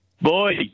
Boy